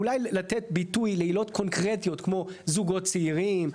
אולי לתת ביטוי להיות קונקרטי כמו זוגות צעירים.